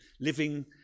living